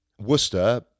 Worcester